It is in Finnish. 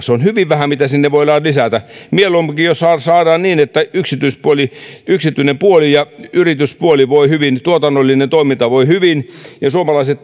se on hyvin vähän mitä sinne voidaan lisätä mieluumminkin jos saadaan niin että yksityinen puoli ja yrityspuoli voivat hyvin tuotannollinen toiminta voi hyvin ja suomalaiset